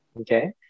okay